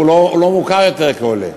הוא לא מוכר יותר כעולה.